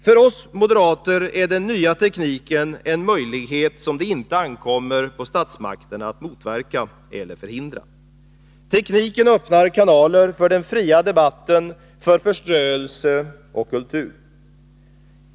För oss moderater är den nya tekniken en möjlighet, som det inte ankommer på statsmakterna att motverka eller förhindra. Tekniken öppnar kanaler för den fria debatten, för förströelse och för kultur.